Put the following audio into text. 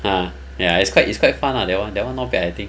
ah ya it's quite it's quite fun lah that one that one not bad I think